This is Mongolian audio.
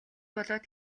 болоод